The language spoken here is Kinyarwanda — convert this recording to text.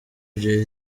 jay